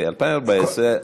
ב-2014,